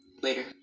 later